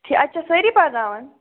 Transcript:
ٹھیٖک اتہِ چھا سأری پرٕناوان